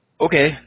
Okay